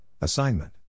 assignment